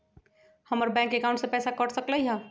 हमर bank account से पैसा कट सकलइ ह?